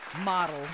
model